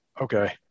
Okay